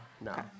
no